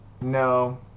No